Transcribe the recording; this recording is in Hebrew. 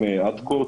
ערב טוב לכולם,